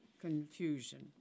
confusion